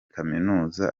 kaminuza